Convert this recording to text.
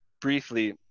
briefly